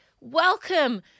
Welcome